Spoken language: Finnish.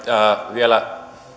vielä